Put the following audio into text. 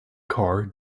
car